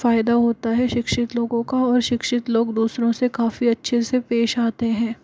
फ़ायदा होता है शिक्षित लोगों का और शिक्षित लोग दूसरों से काफ़ी अच्छे से पेश आते हैं